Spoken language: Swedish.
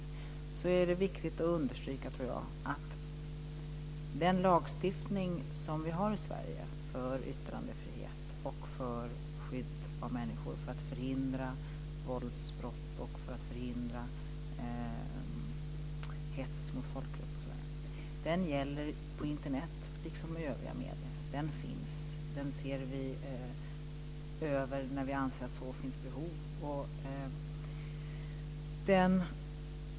Det är viktigt att understryka att den lagstiftning som vi har i Sverige för yttrandefrihet och skydd av människor, för att förhindra våldsbrott och hets mot folkgrupp osv., gäller på Internet liksom i övriga medier. Den finns, och den ser vi över när vi anser att det finns behov av det.